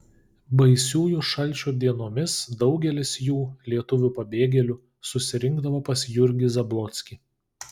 baisiųjų šalčių dienomis daugelis jų lietuvių pabėgėlių susirinkdavo pas jurgį zablockį